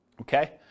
Okay